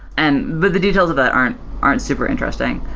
and but the details of that aren't aren't super interesting.